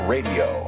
Radio